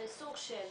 סוג של.